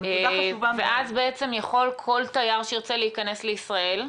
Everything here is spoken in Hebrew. ואז בעצם יכול כל תייר שירצה להיכנס לישראל,